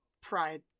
Pride